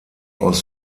aus